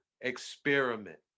experiment